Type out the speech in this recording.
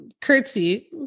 Curtsy